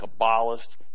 Kabbalist